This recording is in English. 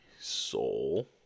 soul